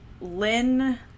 Lynn